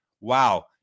wow